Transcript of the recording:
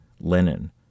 Lenin